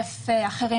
א' אחרים